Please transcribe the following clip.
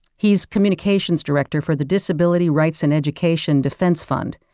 he's communications director for the disability rights and education defense fund.